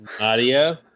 Audio